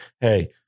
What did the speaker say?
Hey